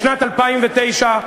בשנת 2009,